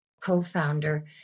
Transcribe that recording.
co-founder